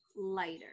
lighter